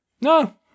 no